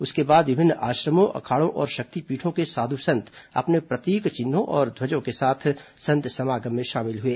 इसके बाद विभिन्न आश्रमों अखाड़ों और शक्तिपीठों के साध् संत अपने प्रतीक चिन्हों और ध्वजों के साथ संत समागम में शामिल हए